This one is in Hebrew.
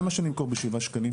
למה שאני אמכור ב-7 שקלים?